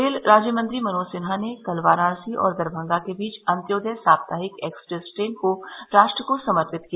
rail राज्य मंत्री मनोज सिन्हा ने कल वाराणसी और दरभंगा के बीच अन्त्योदय साप्ताहित एक्सप्रेस ट्रेन को राष्ट्र को समर्पित किया